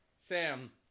sam